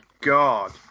god